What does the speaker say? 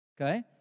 okay